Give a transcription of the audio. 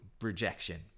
rejection